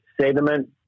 sediment